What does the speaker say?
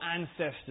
ancestors